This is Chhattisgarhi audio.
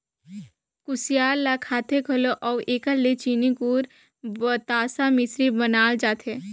कुसियार ल खाथें घलो अउ एकर ले चीनी, गूर, बतासा, मिसरी बनाल जाथे